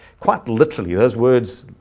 quite literally those words,